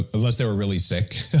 unless they were really sick.